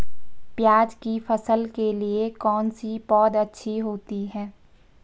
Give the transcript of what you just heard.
प्याज़ की फसल के लिए कौनसी पौद अच्छी होती है?